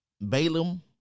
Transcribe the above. Balaam